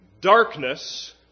darkness